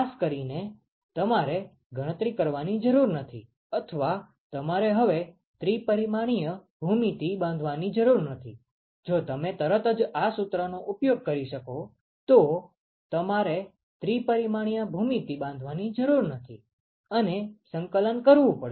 ખાસ કરીને તમારે ગણતરી કરવાની જરૂર નથી અથવા તમારે હવે ત્રિ પરિમાણીય ભૂમિતિ બાંધવાની જરૂર નથી જો તમે તરત જ આ સૂત્ર નો ઉપયોગ કરી શકશો તો તમારે ત્રિ પરિમાણીય ભૂમિતિ બાંધવાની જરૂર નથી અને સંકલન કરવું પડશે